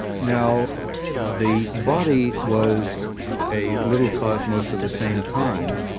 now the body was a little cosmos of the same kind,